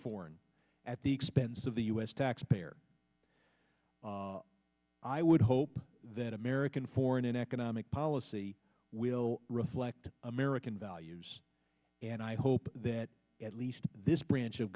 foreign at the expense of the u s taxpayer i would hope that american foreign economic policy will reflect american values and i hope that at least this branch of